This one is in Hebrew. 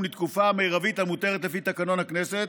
לתקופה המרבית המותרת לפי תקנון הכנסת,